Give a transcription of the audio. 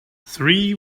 three